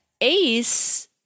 Ace